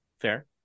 Fair